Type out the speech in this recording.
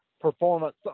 performance